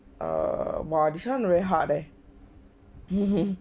err !wah! this one very hard leh